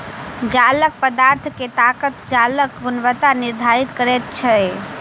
जालक पदार्थ के ताकत जालक गुणवत्ता निर्धारित करैत अछि